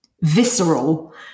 visceral